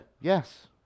Yes